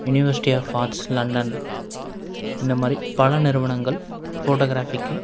university of arts London இந்தமாதிரி பல நிறுவனங்கள் போட்டோகிராபிக்கு